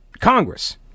Congress